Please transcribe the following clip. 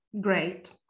great